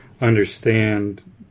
understand